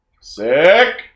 Sick